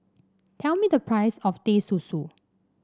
tell me the price of Teh Susu